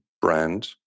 brand